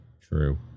true